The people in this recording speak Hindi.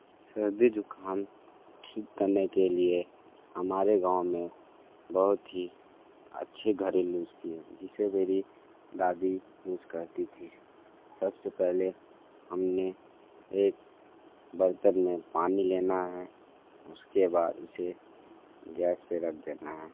सर्दी जुखाम ठीक करने के लिए हमारे गाँव में बहुत ही अच्छे घरेलू नुस्के जिसे मेरी दादी यूज़ करती थी सबसे पहले हमने एक बर्तन में पानी लेना है उसके बाद उसे गैस पे रख देना है